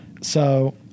So-